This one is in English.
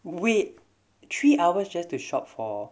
wait three hours just to shop for